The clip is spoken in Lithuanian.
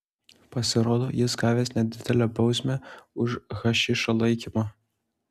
pasirodo jis gavęs nedidelę bausmę už hašišo laikymą